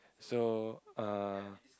so err